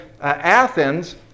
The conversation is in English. Athens